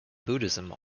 buddhism